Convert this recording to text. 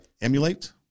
emulate